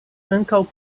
ankaŭ